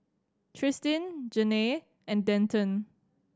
Tristin Janae and Denton